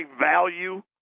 value